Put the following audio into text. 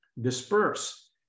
disperse